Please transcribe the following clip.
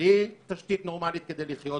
בלי תשתית נורמלית כדי לחיות.